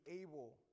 able